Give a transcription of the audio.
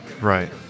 Right